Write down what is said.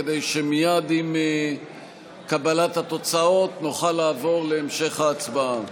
כדי שמייד עם קבלת התוצאות נוכל לעבור להמשך ההצבעה.